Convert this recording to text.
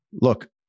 look